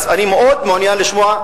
אז אני מאוד מעוניין לשמוע.